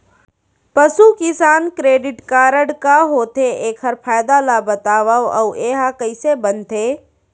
पसु किसान credit card का होथे, एखर फायदा ला बतावव अऊ एहा कइसे बनथे?